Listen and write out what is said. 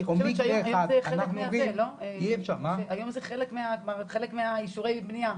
אני חושבת שהיום זה חלק מהאישורי בנייה.